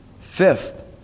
Fifth